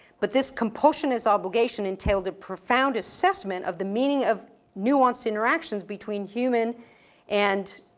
but this compulsionist obligation entailed a profound assessment of the meaning of nuanced interactions between human and,